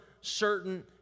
certain